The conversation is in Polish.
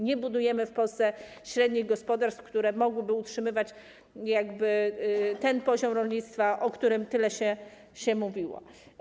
Nie budujemy w Polsce średnich gospodarstw, które mogłyby utrzymywać ten poziom rolnictwa, o którym tyle się mówiło.